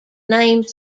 name